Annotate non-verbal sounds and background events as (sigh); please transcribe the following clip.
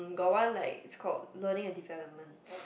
got one like it's called learning and development (noise)